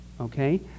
Okay